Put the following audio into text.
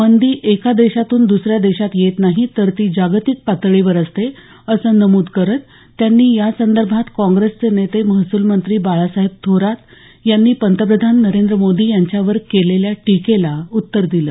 मंदी एका देशातून दुसऱ्या देशात येत नाही तर ती जागतिक पातळीवर असते असं नमुद करताना त्यांनी या संदर्भात काँग्रेसचे नेते महसूलमंत्री बाळासाहेब थोरात यांनी पंतप्रधान नरेंद्र मोदी यांच्यावर केलेल्या टीकेला यावेळी उत्तर दिलं